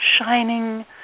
shining